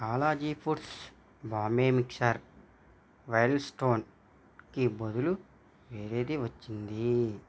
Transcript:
Balaji foods Bombay mixture వైల్డ్స్టోన్కి బదులు వేరేది వచ్చింది